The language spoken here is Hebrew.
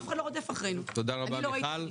אף אחד לא רודף אחרינו, אני לא ראיתי רדיפה.